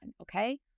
okay